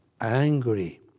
angry